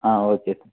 ah okay sir